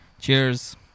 cheers